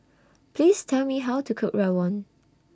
Please Tell Me How to Cook Rawon